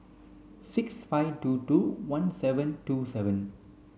six five two two one seven two seven